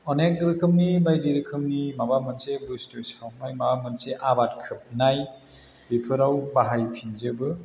अनेक रोखोमनि बायदि रोखोमनि माबा मोनसे बुस्थु सावनाय माबा मोनसे आबाद खोबनाय बिफोराव बाहायफिनजोबो